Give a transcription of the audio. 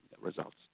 results